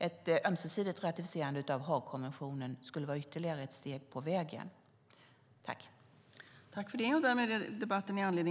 Ett ömsesidigt ratificerande av Haagkonventionen skulle vara ytterligare ett steg på vägen.